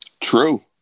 True